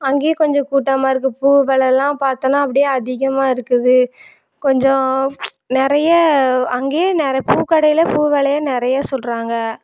அங்கேயும் கொஞ்சம் கூட்டமாக இருக்குது பூ வெலைலாம் பார்த்தனா அப்படியே அதிகமாக இருக்குது கொஞ்சம் நிறைய அங்கேயே நிறைய பூ கடையில் பூ விலையே நிறைய சொல்கிறாங்க